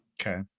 Okay